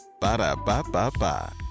Ba-da-ba-ba-ba